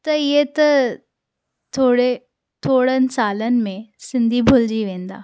त इहे त थोरे थोरनि सालनि में सिंधी भुलिजी वेंदा